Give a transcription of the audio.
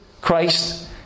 Christ